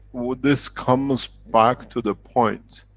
with this comes back to the point,